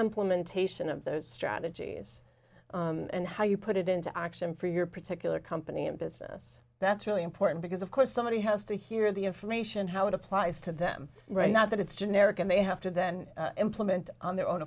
implementation of those strategies and how you put it into action for your particular company and business that's really important because of course somebody has to hear the information how it applies to them right now that it's generic and they have to then implement on their own